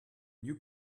new